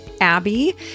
Abby